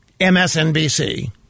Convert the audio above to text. MSNBC